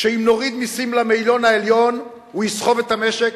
שאם נוריד מסים למאיון העליון הוא יסחוב את המשק,